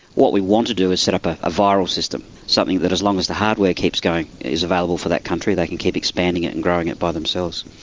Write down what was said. what we want to do is set up a viral system, something that as long as the hardware keeps going is available for that country, they can keep expanding it and growing it by themselves.